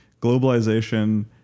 globalization